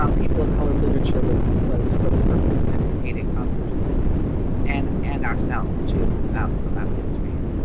um people of color literature was was for the purpose of educating others and and ourselves to about about history and